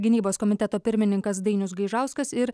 gynybos komiteto pirmininkas dainius gaižauskas ir